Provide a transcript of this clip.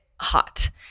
hot